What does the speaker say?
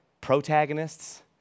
protagonists